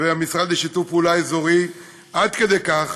והמשרד לשיתוף פעולה אזורי, עד כדי כך